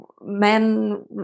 men